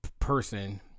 person